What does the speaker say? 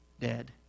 dead